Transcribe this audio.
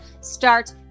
start